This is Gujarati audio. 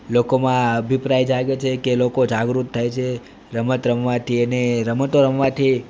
લોકોમાં અભિપ્રાય જાગે છે કે લોકો જાગૃત થાય છે રમત રમવાથી અને રમતો રમવાથી